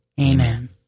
Amen